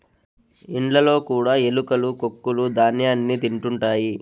ఇండ్లలో కూడా ఎలుకలు కొక్కులూ ధ్యాన్యాన్ని తింటుంటాయి